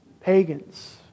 pagans